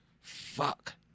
Fuck